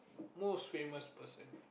most famous person